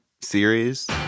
series